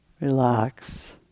relax